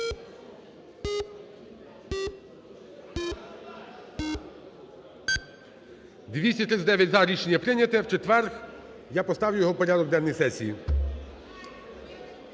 239 – за. Рішення прийняте. В четвер я поставлю його в порядок денний сесії.